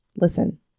Listen